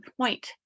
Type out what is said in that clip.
point